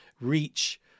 reach